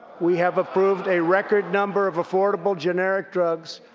we have approved a record number of affordable generic drugs,